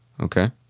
okay